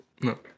No